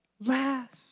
last